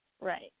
Right